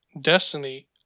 Destiny